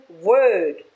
word